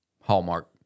Hallmark